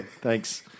Thanks